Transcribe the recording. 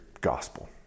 gospel